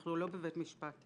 אנחנו לא בבית משפט.